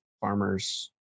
farmers